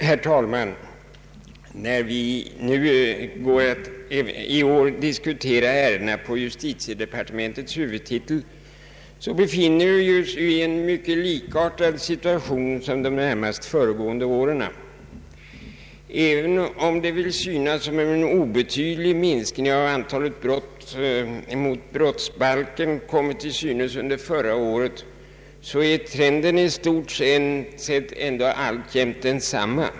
Herr talman! När vi nu går att diskutera ärendena under justitiedepartementets huvudtitel befinner vi oss i en situation som mycket liknar den som rått under de närmast föregående åren. Även om en obetydlig minskning av antalet brott mot brottsbalken kommit till synes under förra året är trenden i stort sett alltjämt densamma.